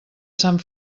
sant